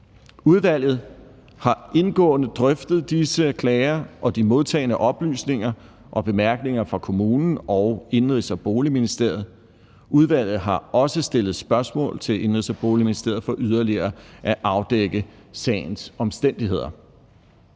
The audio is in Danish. Udvalget har indgående drøftet disse klager og de modtagne oplysninger og bemærkninger fra kommunen og Indenrigs- og Boligministeriet. Udvalget har også stillet spørgsmål til Indenrigs- og Boligministeriet for yderligere at afdække sagens omstændigheder.